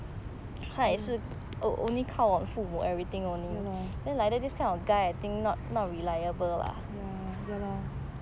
ya ya lor ya ya lor